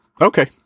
Okay